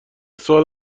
سوال